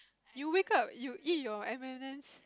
you wake up you eat your M-and-M